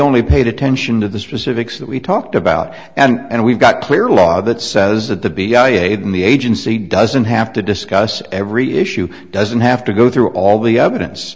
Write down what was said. only paid attention to the specifics that we talked about and we've got a clear law that says that the big guy in the agency doesn't have to discuss every issue doesn't have to go through all the evidence